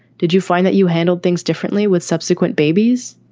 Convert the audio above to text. did you find that you handled things differently with subsequent babies?